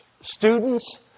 students